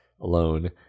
alone